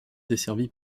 desservi